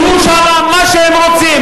חבר הכנסת